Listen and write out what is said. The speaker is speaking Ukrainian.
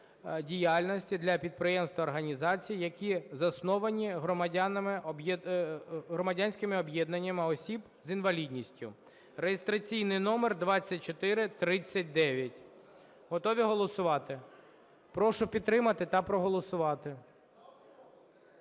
діяльності для підприємств та організацій, які засновані громадськими об'єднаннями осіб з інвалідністю (реєстраційний номер 2439). Готові голосувати? Прошу підтримати та проголосувати.